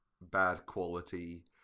bad-quality